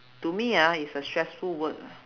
to me ah it's a stressful word ah